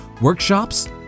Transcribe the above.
Workshops